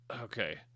Okay